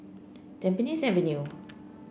Tampines Avenue